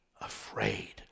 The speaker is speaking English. afraid